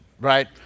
right